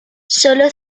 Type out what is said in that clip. sólo